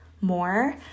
more